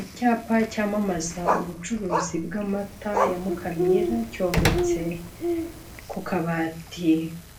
Icyapa cyamamaza ubucuruzi bw'amata ya Mukamira cyometse kukabati